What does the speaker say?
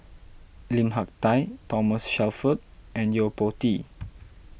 Lim Hak Tai Thomas Shelford and Yo Po Tee